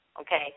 Okay